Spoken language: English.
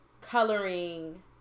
coloring